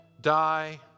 die